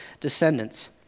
descendants